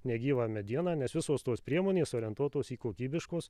negyvą medieną nes visos tos priemonės orientuotos į kokybiškos